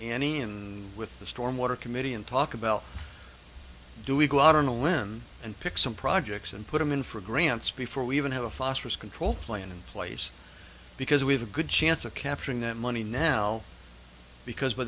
annie and with the stormwater committee and talk about do we go out on a limb and pick some projects and put them in for grants before we even have a phosphorus control plan in place because we have a good chance of capturing that money now because by